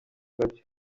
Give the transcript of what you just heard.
gace